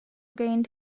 gained